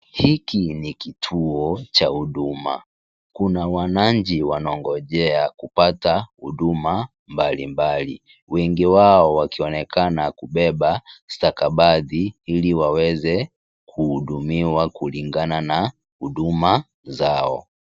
Hiki ni kituo cha huduma, kuna wananchi wanangojea kupata huduma mbalimbali. Wengi wao wakionekana kubeba stakabadhi ili waweze kuhudumiwa kulingana na huduma zao.